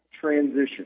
transition